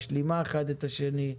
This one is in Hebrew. כשמשלימים האחד את השני,